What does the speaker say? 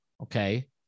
Okay